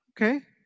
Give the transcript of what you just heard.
Okay